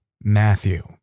Matthew